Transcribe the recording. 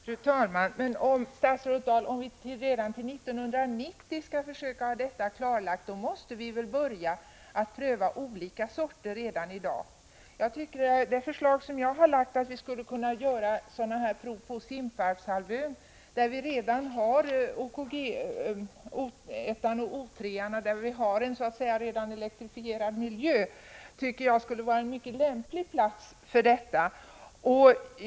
Fru talman! Om vi skall försöka att ha detta klarlagt redan till 1990, statsrådet Dahl, måste vi väl börja pröva olika sorter redan i dag? Jag har föreslagit att vi skulle kunna göra sådana här prov på Simpvarpshalvön, där vi redan har O 1 och O 3 och där miljön så att säga redan är elektrifierad. Jag tycker att detta skulle vara en mycket lämplig plats för sådana försök.